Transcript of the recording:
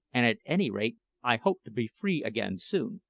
and at any rate i hope to be free again soon.